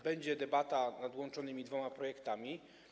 Będzie debata nad łączonymi dwoma projektami.